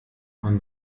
man